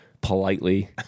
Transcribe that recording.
politely